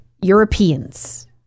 Europeans